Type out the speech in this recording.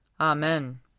Amen